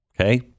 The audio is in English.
Okay